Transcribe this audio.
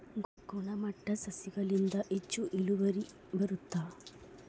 ಗುಣಮಟ್ಟ ಸಸಿಗಳಿಂದ ಹೆಚ್ಚು ಇಳುವರಿ ಬರುತ್ತಾ?